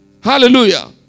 Hallelujah